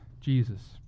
Jesus